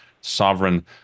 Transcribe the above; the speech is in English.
sovereign